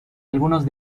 algunos